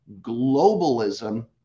globalism